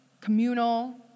communal